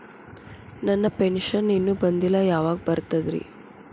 ನನ್ನ ಪೆನ್ಶನ್ ಇನ್ನೂ ಬಂದಿಲ್ಲ ಯಾವಾಗ ಬರ್ತದ್ರಿ?